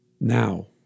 Now